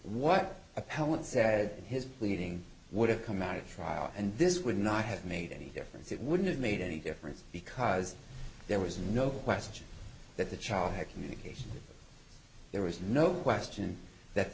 what appellant said in his pleading would have come out of trial and this would not have made any difference it wouldn't have made any difference because there was no question that the child had communication there was no question that